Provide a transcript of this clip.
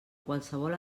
qualsevol